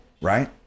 right